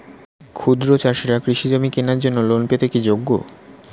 ক্ষুদ্র চাষিরা কৃষিজমি কেনার জন্য লোন পেতে কি যোগ্য?